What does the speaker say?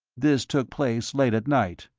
this took place late at night?